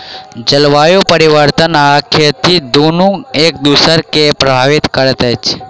जलवायु परिवर्तन आ खेती दुनू एक दोसरा के प्रभावित करैत अछि